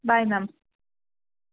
bye ma'am